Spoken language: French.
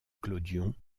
clodion